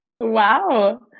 wow